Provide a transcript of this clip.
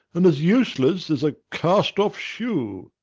and as useless as a cast-off shoe.